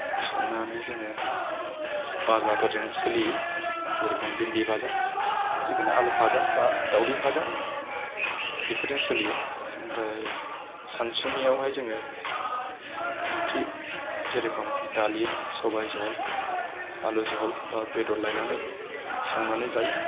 संनानै जोङो भाजाफोरजों सोलियो जेरखम भिन्दि भाजा जिखुनु आलु भाजा बा दावदै भाजा बेफोरजों सोलियो ओमफ्राय सानसुनियावहाय जोङो ओंख्रि जेरखम दालि सबाय झल आलु झल बा बेदर लायनानै संनानै जायो